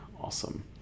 awesome